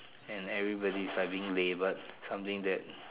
and everybody is studying today but something that